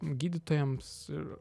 gydytojams ir